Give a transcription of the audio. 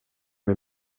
min